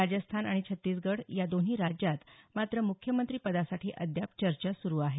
राजस्थान आणि छत्तीसगढ या दोन्ही राज्यात मात्र मुख्यमंत्रिपदासाठी अद्याप चर्चा सुरू आहे